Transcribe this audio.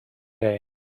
day